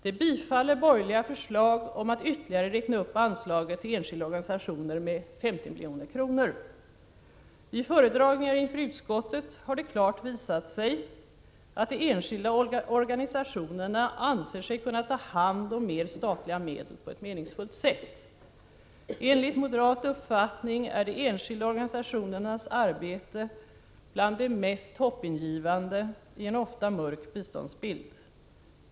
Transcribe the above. De bifaller borgerliga förslag om att ytterligare räkna upp anslaget till enskilda organisationer med 50 milj.kr. I föredragningar inför utskottet har det klart visat sig att de enskilda organisationerna anser sig kunna ta hand om mer statliga medel på ett meningsfullt sätt. Enligt moderat uppfattning är de enskilda organistionernas arbete bland det mest hoppingivande i en ofta mörk biståndsbild.